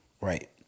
right